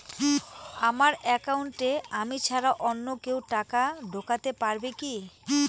আমার একাউন্টে আমি ছাড়া অন্য কেউ টাকা ঢোকাতে পারবে কি?